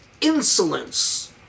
insolence